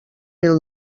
mil